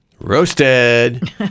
Roasted